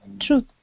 truth